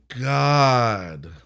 god